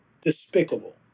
despicable